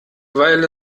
weil